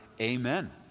Amen